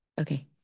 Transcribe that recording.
Okay